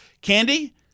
Candy